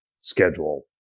schedule